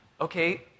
Okay